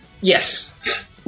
Yes